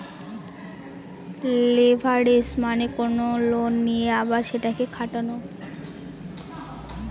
leverage মানে কোনো loan নিয়ে আবার সেটাকে খাটানো